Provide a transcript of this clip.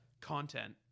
content